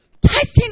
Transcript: Tighten